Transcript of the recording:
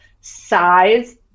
size